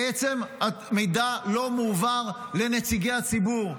בעצם המידע לא מועבר לנציגי הציבור,